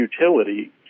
utility